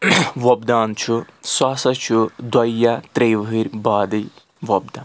وۄپدَان چھُ سُہ ہَسا چھُ دۄیہِ یا ترٛیٚیہِ وہٕرۍ بادٕے وۄپدَان